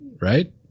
right